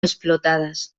explotadas